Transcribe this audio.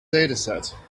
dataset